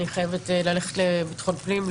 אני חייבת ללכת לוועדת ביטחון הפנים,